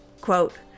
Quote